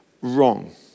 wrong